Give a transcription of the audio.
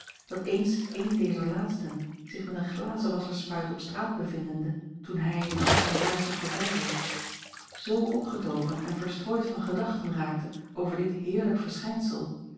dat eens eene dezer laatsten zich met een glazenwasschersspuit op straat bevindende toen hij in al zijn luister voorbijreed zoo opgetogen en verstrooid van gedachten raakte over dit heerlijk verschijnsel